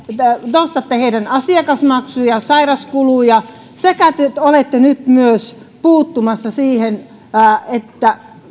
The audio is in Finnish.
te nostatte heidän asiakasmaksujaan ja sairauskulujaan sekä olette nyt myös puuttumassa siihen että